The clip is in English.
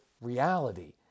reality